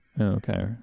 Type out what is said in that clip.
Okay